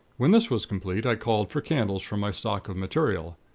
when this was complete, i called for candles from my stock of material.